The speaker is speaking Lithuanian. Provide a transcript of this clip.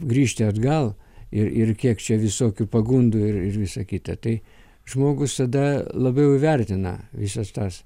grįžti atgal ir ir kiek čia visokių pagundų ir ir visa kita tai žmogus tada labiau įvertina visas tas